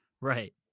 Right